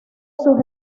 sus